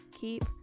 keep